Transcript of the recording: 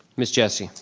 miss jessie.